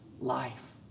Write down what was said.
life